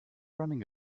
running